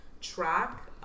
track